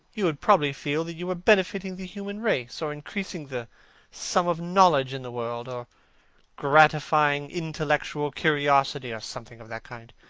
you would probably feel that you were benefiting the human race, or increasing the sum of knowledge in the world, or gratifying intellectual curiosity, or something of that kind.